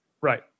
right